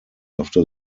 after